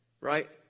right